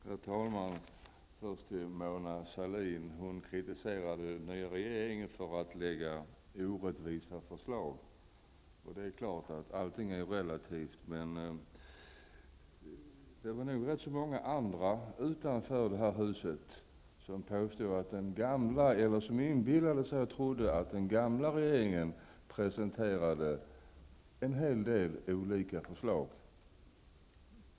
Herr talman! Mona Sahlin kritiserar den nya regeringen för att lägga fram orättvisa förslag. Det är klart att allting är relativt, men det var nog rätt många utanför det här huset som påstod eller som inbillade sig och trodde att den gamla regeringen presenterade en hel del sådana förslag.